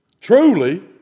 truly